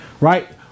right